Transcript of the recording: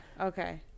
okay